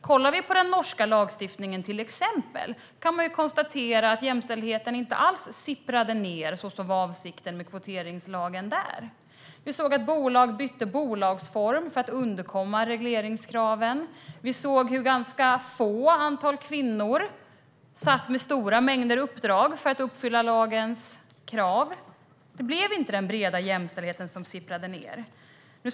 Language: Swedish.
Kollar man på till exempel den norska lagstiftningen kan man konstatera att jämställdheten inte alls sipprade ned så som var avsikten med kvoteringslagen där. Vi såg att bolag bytte bolagsform för att undkomma regleringskraven. Vi såg hur ganska få kvinnor satt med stora mängder uppdrag för att uppfylla lagens krav. Den breda jämställdheten sipprade inte ned.